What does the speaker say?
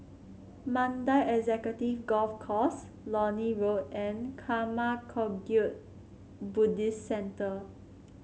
Mandai Executive Golf Course Lornie Walk and Karma Kagyud Buddhist Centre